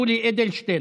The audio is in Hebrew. יולי אדלשטיין,